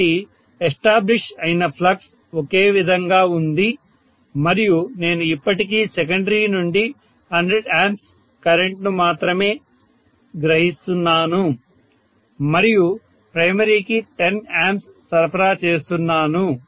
కాబట్టి ఎస్టాబ్లిష్ అయిన ఫ్లక్స్ ఒకే విధంగా ఉంది మరియు నేను ఇప్పటికీ సెకండరీ నుండి 100 A కరెంట్ను మాత్రమే గ్రహిస్తున్నాను మరియు ప్రైమరీ కి 10 A సరఫరా చేస్తున్నాను